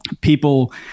People